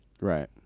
Right